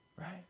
Right